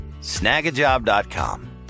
snagajob.com